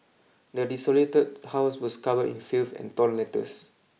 the desolated house was covered in filth and torn letters